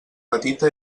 petita